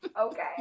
Okay